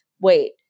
wait